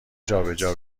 جابجا